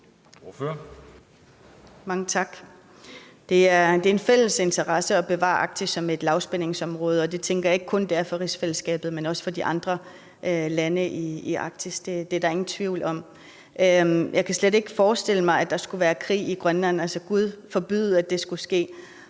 Mange tak. Det er af fælles interesse at bevare Arktis som et lavspændingsområde, og det tænker jeg ikke kun det er for rigsfællesskabet, det er det også for de andre lande i Arktis. Det er der ingen tvivl om. Jeg kan slet ikke forestille mig, at der skulle være krig i Grønland. Altså: Gud forbyde, at det sker.